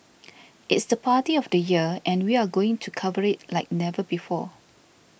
it's the party of the year and we are going to cover it like never before